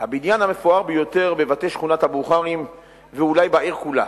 הבניין המפואר ביותר בבתי שכונת-הבוכרים ואולי בעיר כולה.